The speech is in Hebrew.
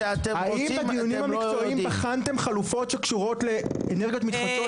האם בדיונים המקצועיים בחנתם חלופות שקשורות לאנרגיות מתחדשות,